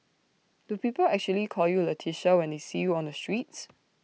do people actually call you Leticia when they see you on the streets